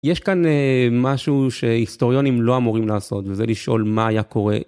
יש כאן משהו שהיסטוריונים לא אמורים לעשות וזה לשאול מה היה קורה.